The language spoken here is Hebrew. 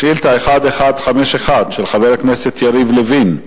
שאילתא 1151 של חבר הכנסת יריב לוין: